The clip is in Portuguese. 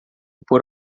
por